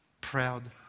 proud